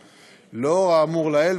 לאור האמור לעיל,